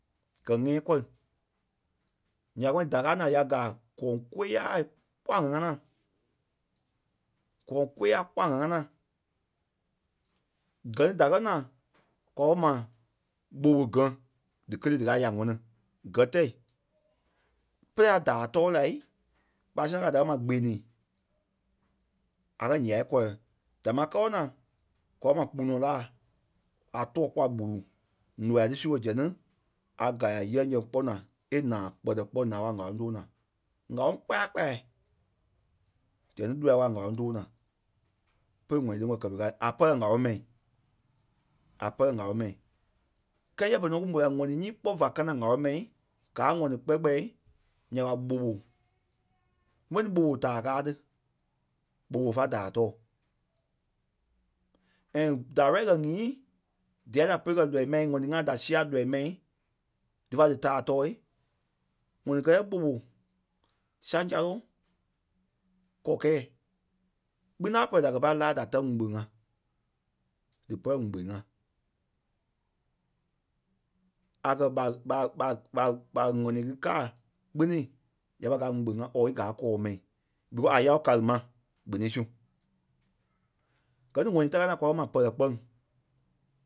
gɛ́ nyɛ̃́ɛ kɔri. nya ɓé da káa naa ya gaa gɔ̂ŋ kôyaa kpɔ́ ŋ̀á -ŋánaa. Gɔ̂ŋ kôyaa kpɔ́ a ŋ̀á ŋánaa. Gɛ ni da kɛ̀ naa kwa kɛ ma ɓɔfɔgã díkelee díkaa a ya ŋɔni gɛtɛ. Pere a daa tɔɔ lai ɓa sɛŋ gaa da kɛ̀ ma gbeniŋ a kɛ̀ ǹyai kɔlɔ. Damaa kɔɔ naa kwa ma gbumɔ-laa a tɔɔ kpɔ́ a gbulu noa ti su ɓe zɛŋ ti a gala yɛŋ-yɛŋ kpɔ́ naa e naa kpɛtɛ kpɔ́ naa ɓé a ŋ̀áloŋ tóo naa. ŋ̀áloŋ kpaya kpaya. Zɛŋ ŋí loa ɓe a ŋ̀áloŋ too naa. Pe ŋ̀ɔnii ti wɔ̀ kɛ pere kaa la. A pɛlɛ ŋ̀áloŋ mɛi, a pɛlɛ ŋ̀áloŋ mɛi. Kɛɛ yɛ berei nɔ kú mò lai, ŋ̀ɔnii nyii kpɔ́ va kanaŋ ŋ̀áloŋ mɛi gaa a ŋɔni kpɛ kpɛ̂ nya ɓa ɓɔɓɔ. Ḿve ni ɓɔɓɔ daa káa ti. ɓɔɓɔ fá daa tɔɔ. And da ready kɛ nyîi dia da pɛ́lɛ kɛ̀ lɔii ma ŋɔni ŋai dí sia lɔii mai, dífa dí taa tɔɔ. ŋɔni kɛɛ yɛ ɓɔɓɔ, saŋ-salo, kɔkɛ̂ɛ. Kpini a pɛlɛ da kɛ̀ pâi laa da tɛ̀ ŋugbe-ŋa. Dí pɛlɛ ŋugbe-ŋa. A kɛ̀ ɓa- ɓa- ɓa- ɓa- ɓa ŋ̀ɔnii ti kaa kpini ya pâi gaa ŋugbe-ŋa or í gaa kɔɔ-mɛi because a yao gáli ma gbini su. Gɛ ni ŋɔni ta káa naa kwa kɛ̀ ma pɛlɛ-kpɛni